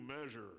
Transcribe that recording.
measure